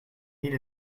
need